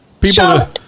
People